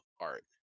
art